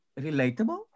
relatable